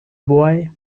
boy